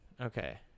okay